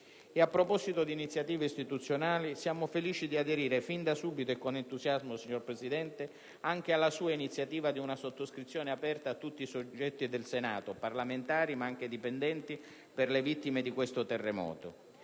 a proposito di iniziative istituzionali, siamo felici di aderire fin da subito e con entusiasmo, signor Presidente, anche alla sua iniziativa di una sottoscrizione aperta a tutti i soggetti del Senato, parlamentari ma anche dipendenti, a favore delle vittime di questo terremoto.